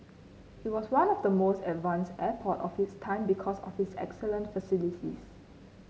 it was one of the most advanced airport of its time because of its excellent facilities